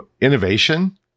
innovation